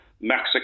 Mexico